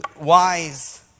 wise